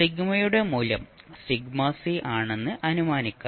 സിഗ്മയുടെ മൂല്യം sigma C ആണെന്ന് അനുമാനിക്കാം